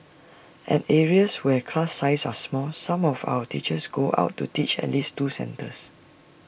at areas where class sizes are small some of our teachers go out to teach at least two centres